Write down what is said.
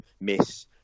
miss